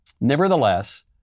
nevertheless